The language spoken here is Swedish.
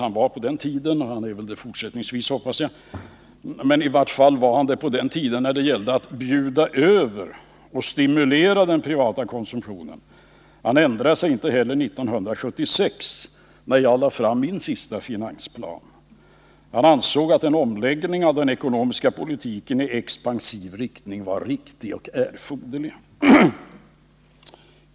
Han är det väl fortfarande, hoppas jag, men i vart fall var han det på den tiden, när det gällde att bjuda över och stimulera den privata konsumtionen. Han ändrade sig inte heller 1976, när jag lade fram min sista finansplan. Han ansåg att en omläggning av den ekonomiska politiken i expansiv riktning var riktig och erforderlig.